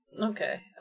Okay